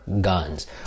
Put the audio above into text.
guns